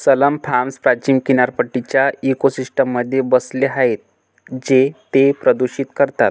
salmon farms प्राचीन किनारपट्टीच्या इकोसिस्टममध्ये बसले आहेत जे ते प्रदूषित करतात